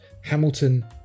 Hamilton